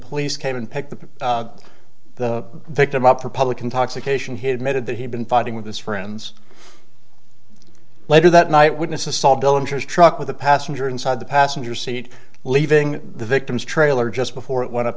police came and picked the the victim up for public intoxication he admitted that he'd been fighting with his friends later that night witness assault delimiters truck with the passenger inside the passenger seat leaving the victim's trailer just before it went up